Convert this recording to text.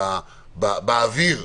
באוויר.